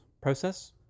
Process